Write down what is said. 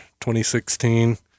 2016